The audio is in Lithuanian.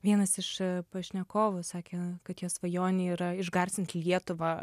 vienas iš pašnekovų sakė kad jo svajonė yra išgarsint lietuvą